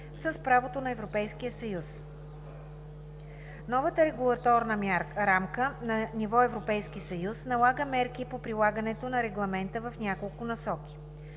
с правото на Европейския съюз. Новата регулаторна рамка на ниво Европейски съюз налага мерки по прилагането на регламента в няколко насоки: